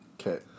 Okay